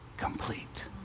complete